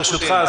ברשותך,